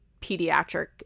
pediatric